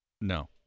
No